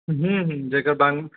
हूँ हूँ जगह बानी